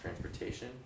transportation